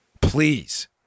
Please